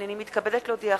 הנני מתכבדת להודיעכם,